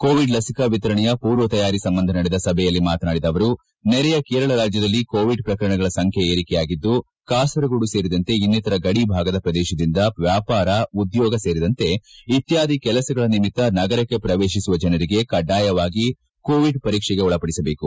Covid ಲಸಿಕಾ ವಿತರಣೆಯ ಪೂರ್ವ ತಯಾರಿ ಸಂಬಂಧ ನಡೆದ ಸಭೆಯಲ್ಲಿ ಮಾತನಾಡಿದ ಅವರು ನೆರೆಯ ಕೇರಳ ರಾಜ್ದದಲ್ಲಿ ಕೋವಿಡ್ ಪ್ರಕರಣಗಳ ಸಂಖ್ಯೆ ಏರಿಕೆಯಾಗಿದ್ದು ಕಾಸರಗೋಡು ಸೇರಿದಂತೆ ಇನ್ನಿತರ ಗಡಿಭಾಗದ ಪ್ರದೇಶದಿಂದ ವ್ವಾಪಾರ ಉದ್ಯೋಗ ಇತ್ಯಾದಿ ಕೆಲಸಗಳ ನಿಮಿತ್ತ ನಗರಕ್ಕೆ ಪ್ರವೇಶಿಸುವ ಜನರಿಗೆ ಕಡ್ಡಾಯವಾಗಿ ಕೋವಿಡ್ ಪರೀಕ್ಷೆಗೆ ಒಳಪಡಿಸಬೇಕು